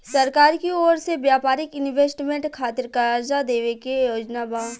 सरकार की ओर से व्यापारिक इन्वेस्टमेंट खातिर कार्जा देवे के योजना बा